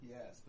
Yes